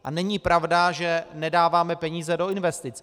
A není pravda, že nedáváme peníze do investic.